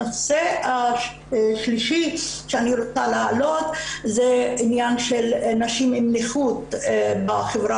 הנושא השלישי שאני רוצה להעלות זה עניין של נשים עם נכות בחברה